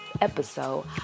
episode